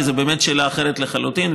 כי זאת באמת שאלה אחרת לחלוטין,